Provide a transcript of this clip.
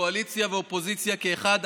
קואליציה ואופוזיציה כאחד,